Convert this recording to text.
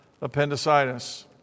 appendicitis